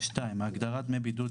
(2)ההגדרה "דמי בידוד"